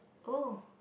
oh